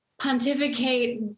pontificate